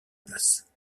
place